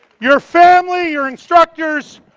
your family, your instructors,